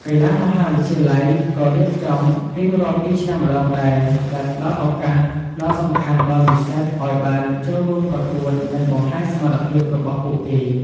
កីឡាមហាវិទ្យាល័យ ក៏ រៀបចំរៀងរាល់ ២ ឆ្នាំម្ដង ដែរ ដែលផ្ដល់ ឱកាស ដ៏សំខាន់ដល់ និស្សិត ឲ្យបាន ចូលរួមប្រកួត និង បង្ហាញសមត្ថភាព របស់ពួកគេ។